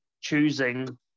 choosing